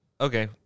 Okay